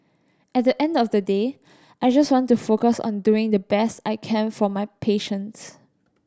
at the end of the day I just want to focus on doing the best I can for my patients